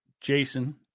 Jason